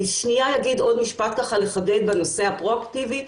אני שנייה אגיד עוד שנייה לחדד בנושא הפרו-אקטיבי,